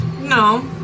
No